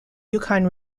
yukon